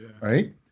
right